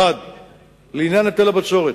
1. לעניין היטל הבצורת,